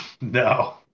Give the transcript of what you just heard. No